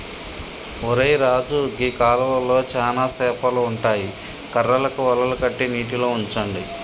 ఒరై రాజు గీ కాలువలో చానా సేపలు ఉంటాయి కర్రలకు వలలు కట్టి నీటిలో ఉంచండి